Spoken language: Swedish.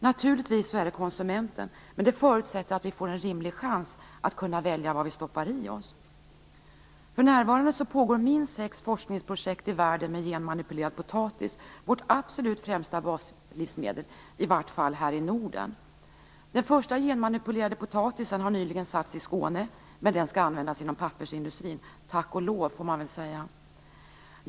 Naturligtvis är det konsumenterna som skall ha det, men det förutsätter att vi konsumenter får en rimlig chans att välja vad vi vill stoppa i oss. För närvarande pågår i världen minst sex forskningsprojekt i fråga om genmanipulerad potatis. Potatis är det absolut främsta baslivsmedlet, i varje fall här i Norden. Den första genmanipulerade potatisen har nyligen satts i Skåne, men den skall användas inom pappersindustrin. Tack och lov! får man väl säga.